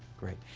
great.